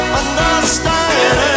understand